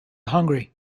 hungary